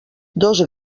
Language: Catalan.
dos